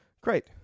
great